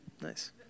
Nice